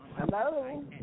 Hello